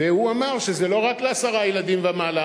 והוא אמר שזה לא רק לעשרה ילדים ומעלה.